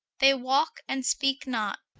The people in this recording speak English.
they walke, and speake not.